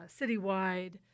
citywide